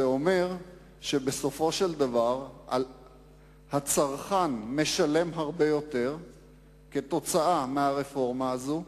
זה אומר שבסופו של דבר הצרכן משלם הרבה יותר כתוצאה מהרפורמה הזאת,